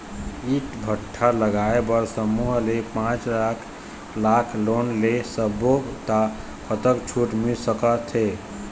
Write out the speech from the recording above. ईंट भट्ठा लगाए बर समूह ले पांच लाख लाख़ लोन ले सब्बो ता कतक छूट मिल सका थे?